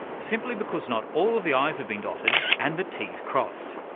simply because not all of the i's have been dotted and the t's crossed.